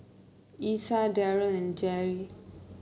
Essa Deryl and Garry